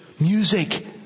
Music